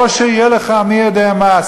או שיהיה לך מי-יודע-מה,